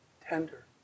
tender